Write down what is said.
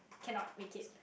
cannot make it